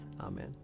Amen